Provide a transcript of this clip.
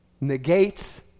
negates